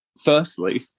Firstly